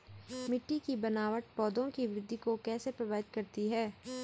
मिट्टी की बनावट पौधों की वृद्धि को कैसे प्रभावित करती है?